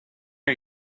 are